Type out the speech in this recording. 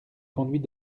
conduit